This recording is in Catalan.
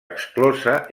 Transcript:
exclosa